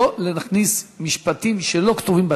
לא להכניס משפטים שלא כתובים בטקסט.